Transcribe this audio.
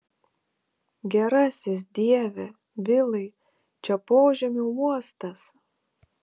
gerasis dieve vilai čia požemių uostas